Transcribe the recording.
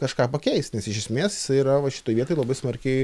kažką pakeist nes iš esmės yra va šitoj vietoj labai smarkiai